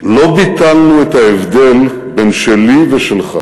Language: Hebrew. לא ביטלנו את ההבדל בין שלי ושלך,